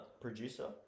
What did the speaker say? Producer